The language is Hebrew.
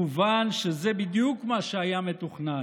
מובן שזה בדיוק מה שהיה מתוכנן.